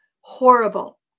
horrible